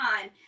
time